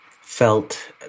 felt